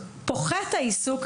פוחת העיסוק,